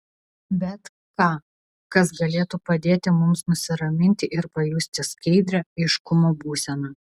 bet ką kas galėtų padėti mums nusiraminti ir pajusti skaidrią aiškumo būseną